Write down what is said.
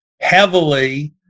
heavily